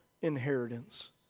inheritance